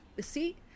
see